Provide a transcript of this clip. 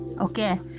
okay